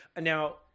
Now